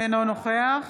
אינו נוכח